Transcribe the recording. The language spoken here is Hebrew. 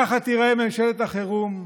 כך תיראה ממשלת החירום,